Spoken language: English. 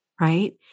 right